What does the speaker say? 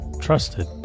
trusted